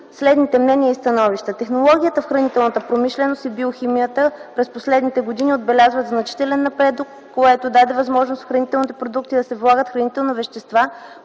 следните мнения и становища: Технологиите в хранителната промишленост и в биохимията през последните години отбелязват значителен напредък, което даде възможност в хранителните продукти да се влагат хранителни вещества,